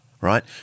right